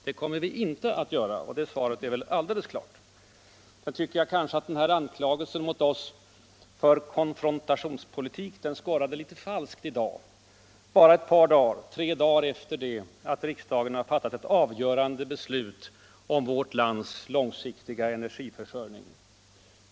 Det kommer vi inte att göra. Det svaret är väl alldeles klart. Jag tycker att anklagelsen mot oss för konfrontationspolitik skorrade falskt i dag — bara tre dagar efter det att riksdagen har fattat ett avgörande beslut om vårt lands långsiktiga energiförsörjning.